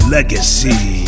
Legacy